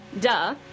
duh